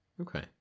Okay